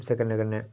उसदे कन्नै कन्नै